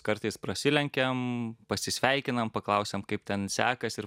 kartais prasilenkiam pasisveikinam paklausiam kaip ten sekas ir